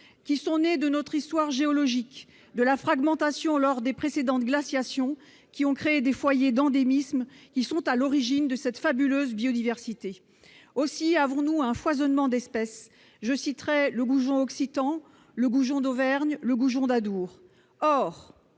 qui sont nés de notre histoire géologique, de la fragmentation lors des précédentes glaciations, qui ont créé des foyers d'endémisme à l'origine de cette fabuleuse biodiversité. Aussi profitons-nous d'un foisonnement d'espèces. Je citerai, par exemple, le goujon occitan, le goujon d'Auvergne, le goujon d'Adour